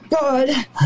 God